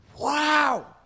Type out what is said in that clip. Wow